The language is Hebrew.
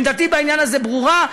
עמדתי בעניין הזה ברורה.